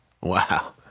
Wow